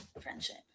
Friendship